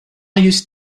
use